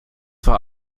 war